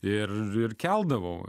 ir keldavau